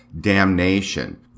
damnation